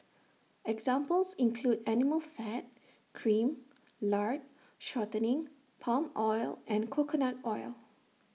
examples include animal fat cream lard shortening palm oil and coconut oil